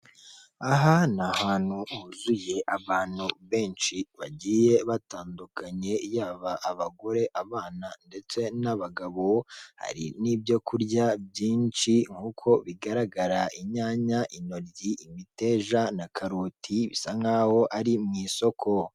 Aha ni ahantu huzuye abantu benshi bagiye batandukanye yaba abagore abana ndetse n'abagabo, hari n'ibyo kurya byinshi nk'uko bigaragara inyanya intoryi imiteja na karoti bisa nk'aho ari mu isoko.